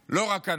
לא רק אנחנו.